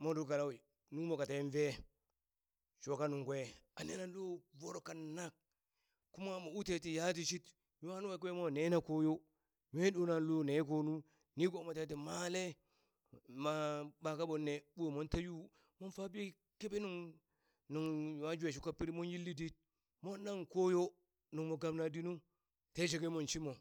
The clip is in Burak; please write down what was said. mo ɗore kalau nungmo ka ten ve shoka nungkwe a nena lo voro kanak kuma mo u te ti yatishid nwa lua kwe mwa nena koyo nwe ɗona lo ne nu ko nu, nigomo teti male ma ɓaka ɓonne ɓo mon ta yu mon fabi keɓe nuŋ nuŋ nwa jwe shuka pirib mon yilli dit mon nang koyo nungmo gabna dinu te sheke mon shimo